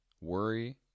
Worry